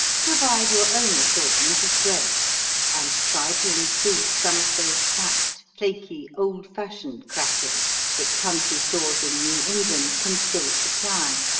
provide your own assortment of breads and try to include some of those fat, flaky old-fashioned crackers that country stores in new england can still supply.